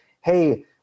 Hey